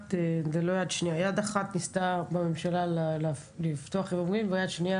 אחת ניסתה הממשלה לפתוח יבוא מקביל וביד שנייה